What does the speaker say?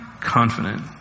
confident